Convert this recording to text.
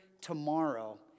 tomorrow